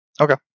Okay